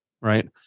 right